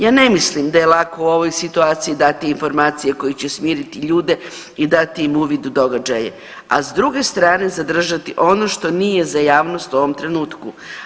Ja ne mislim da je lako u ovoj situaciji dati informacije koje će smiriti ljude i dati im uvid u događaje, a s druge strane zadržati ono što nije za javnost u ovom trenutku.